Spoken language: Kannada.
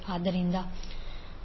ಆದ್ದರಿಂದ i13